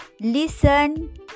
listen